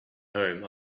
home